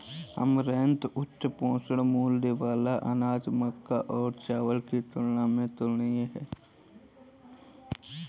amaranth उच्च पोषण मूल्य वाला अनाज मक्का और चावल की तुलना में तुलनीय है